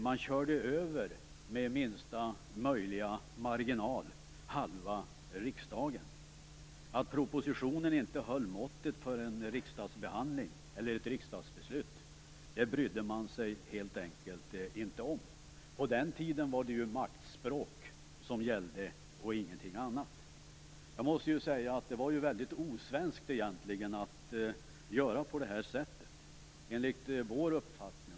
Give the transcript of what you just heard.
Man körde med minsta möjliga marginal över halva riksdagen. Att propositionen inte höll måttet för ett riksdagsbeslut brydde man sig helt enkelt inte om. På den tiden var det maktspråk som gällde, ingenting annat. Det var egentligen väldigt osvenskt att göra på det här sättet.